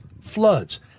floods